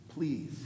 Please